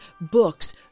books